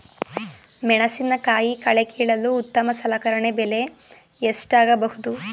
ಮೆಣಸಿನಕಾಯಿ ಕಳೆ ಕೀಳಲು ಉತ್ತಮ ಸಲಕರಣೆ ಬೆಲೆ ಎಷ್ಟಾಗಬಹುದು?